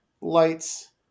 lights